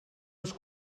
als